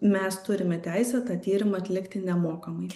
mes turime teisę tą tyrimą atlikti nemokamai